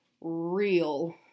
real